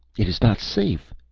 it is not safe.